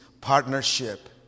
partnership